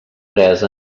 res